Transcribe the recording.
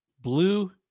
blue